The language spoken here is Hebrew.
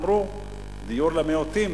אמרו דיור למיעוטים.